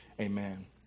Amen